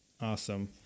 Awesome